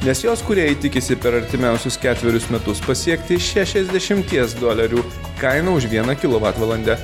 nes jos kūrėjai tikisi per artimiausius ketverius metus pasiekti šešiasdešimties dolerių kainą už vieną kilovatvalandę